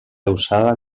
usada